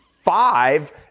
five